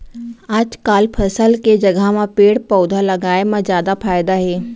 आजकाल फसल के जघा म पेड़ पउधा लगाए म जादा फायदा हे